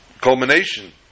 culmination